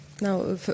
now